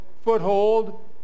foothold